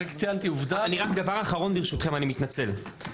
רק דבר אחרון, אני מתנצל.